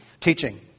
teaching